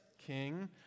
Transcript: king